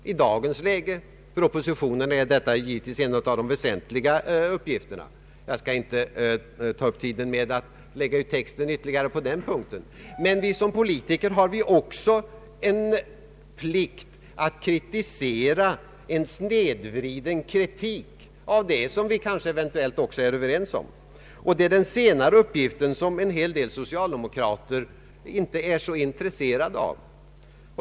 För oppositionen är det givetvis en av de väsentligaste uppgifterna, men jag skall inte ta upp tiden med att lägga ut texten på den punkten. Som politiker har vi också plikten att kritisera snedvriden kritik. Det är den uppgiften som många socialdemokrater inte är intresserade av.